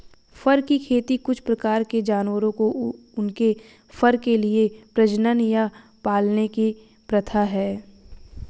फर की खेती कुछ प्रकार के जानवरों को उनके फर के लिए प्रजनन या पालने की प्रथा है